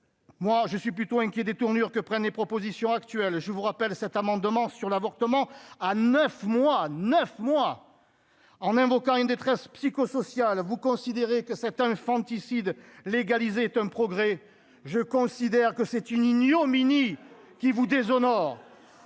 moi je suis plutôt inquiet tournure que prennent les propositions actuelles, je vous rappelle cet amendement sur l'avortement à neuf mois 9 mois en invoquant une détresse psychosociale vous considérez que cet infanticide légalisée est un progrès, je considère que c'est une ignominie qui vous déshonore